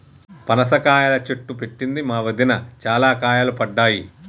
పనస కాయల చెట్టు పెట్టింది మా వదిన, చాల కాయలు పడ్డాయి